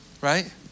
right